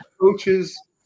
coaches